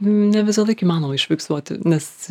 ne visąlaik įmanoma užfiksuoti nes